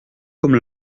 comme